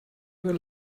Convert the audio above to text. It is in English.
were